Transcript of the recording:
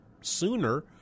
sooner